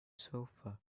sofa